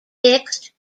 mixed